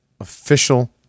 official